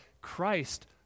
Christ